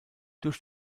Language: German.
durch